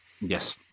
Yes